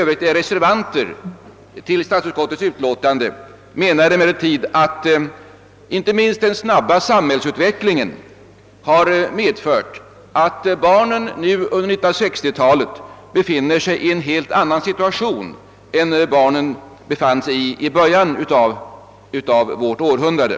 Vi reservanter till statsutskottets förevarande utlåtande anser emellertid att inte minst den snabba samhällsutvecklingen har medfört att barnen nu, under 1960-talet, befinner sig i en helt annan situation än de barn som levde i början på detta århundrade.